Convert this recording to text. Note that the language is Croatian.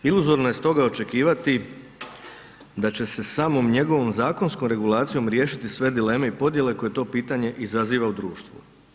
Iluzorno je stoga očekivati da će se samom njegovom zakonskom regulacijom riješiti sve dileme i podjele koje to pitanje izaziva u društvu.